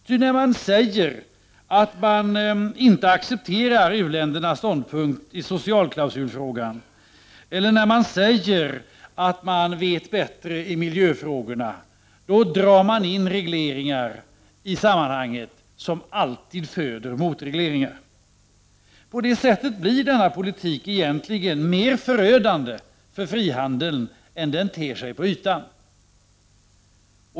Ty när man säger att man inte accepterar u-ländernas ståndpunkt i socialklausulfrågan eller när man säger att man vet bättre i miljöfrågorna, då drar man in regleringar i sammanhanget som alltid föder motregleringar. På det sättet blir denna politik egentligen mer förödande för frihandeln än den ter sig på ytan.